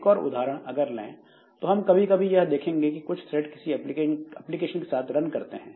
एक और उदाहरण अगर लें तो हम कभी कभी यह देखेंगे कि कुछ थ्रेड किसी एप्लीकेशन के साथ रन करते हैं